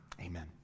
Amen